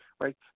right